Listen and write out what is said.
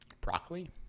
Broccoli